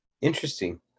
Interesting